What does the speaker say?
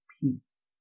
peace